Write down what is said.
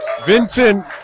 Vincent